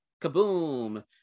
kaboom